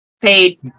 paid